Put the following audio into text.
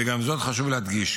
וגם זאת חשוב להדגיש,